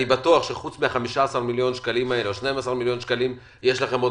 אני בטוח שחוץ מ-12 מיליון השקלים האלה יש לכם עוד